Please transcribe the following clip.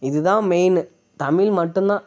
இதுதான் மெயின்னு தமிழ் மட்டுந்தான்